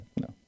No